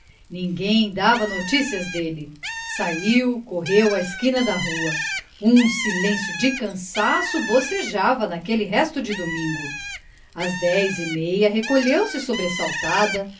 ninguém dava noticias dele saiu correu à esquina da rua um silêncio de cansaço bocejava naquele resto de domingo às dez e meia recolheu-se sobressaltada